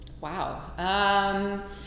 wow